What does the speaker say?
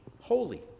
holy